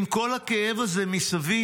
"עם כל הכאב הזה מסביב,